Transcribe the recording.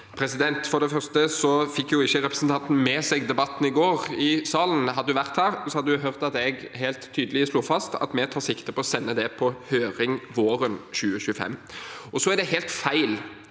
For det første fikk jo ikke representanten med seg debatten i salen i går. Hadde hun vært her, hadde hun hørt at jeg helt tydelig slo fast at vi tar sikte på å sende det på høring våren 2025. Det er helt feil